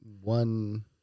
one